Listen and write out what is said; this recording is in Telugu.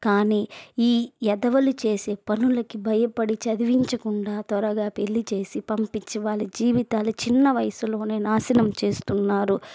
కానీ ఈ వెధవలు చేసే పనులకి భయపడి చదివించకుండా త్వరగా పెళ్ళి చేసి పంపించి వాళ్ళ జీవితాలు చిన్న వయసులోనే నాశనం చేస్తున్నారు